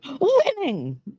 Winning